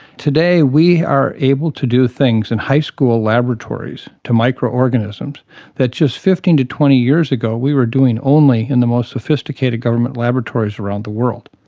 today we are able to do things in high school laboratories to microorganisms that just fifteen to twenty years ago we were doing only in the most sophisticated government laboratories around the world.